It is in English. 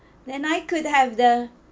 then I could have the